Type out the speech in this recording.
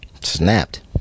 Snapped